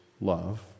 love